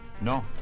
No